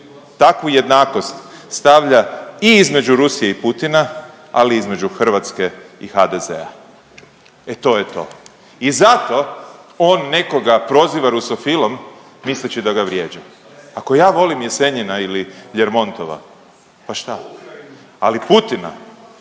takvu jednakost stavlja i između Rusije i Putina, ali i između Hrvatske i HDZ-a, e to je to i zato on nekoga proziva rusofilom misleći da ga vrijeđa. Ako ja volim Jesenjina ili Ljermontova, pa šta, ali Putina